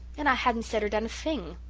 and i hadn't said or done a thing!